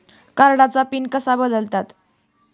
कार्डचा पिन कसा बदलतात?